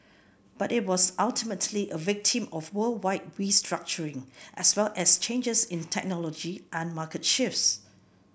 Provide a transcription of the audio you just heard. but it was ultimately a victim of worldwide restructuring as well as changes in technology and market shifts